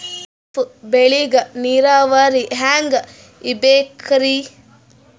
ಖರೀಫ್ ಬೇಳಿಗ ನೀರಾವರಿ ಹ್ಯಾಂಗ್ ಇರ್ಬೇಕರಿ?